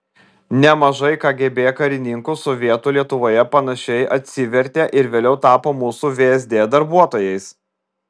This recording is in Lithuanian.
nemažai kgb karininkų sovietų lietuvoje panašiai atsivertė ir vėliau tapo mūsų vsd darbuotojais